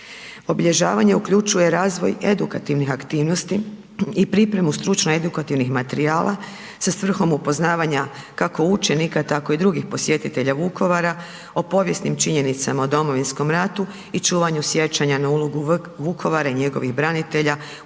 Obilježavanje uključuje razvoj edukativnih aktivnosti i pripremu stručno edukativnih materijala sa svrhom upoznavanja kako učenika tako i drugih posjetitelja Vukovara o povijesnim činjenicama o Domovinskom ratu i čuvanju sjećanja na ulogu Vukovara i njegovih branitelja u